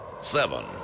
seven